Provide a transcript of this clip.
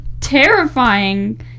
terrifying